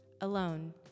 alone